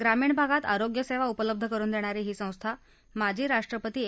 ग्रामीण भागात आरोग्य सेवा उपलब्ध करुन देणारी संस्था माजी राष्ट्रपती ए